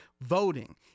voting